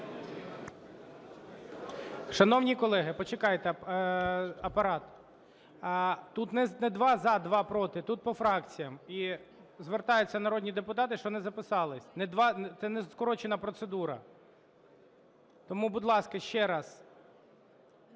Шановні колеги, почекайте. Апарат, тут не два – за, два – проти, тут по фракціях. І звертаються народні депутати, що не записались. Це не скорочена процедура. Тому, будь ласка, ще раз.